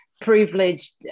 privileged